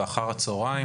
ואחר הצוהריים,